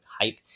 hype